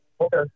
Okay